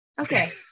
okay